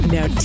Now